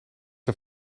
een